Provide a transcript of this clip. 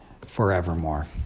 forevermore